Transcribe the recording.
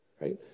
right